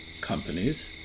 companies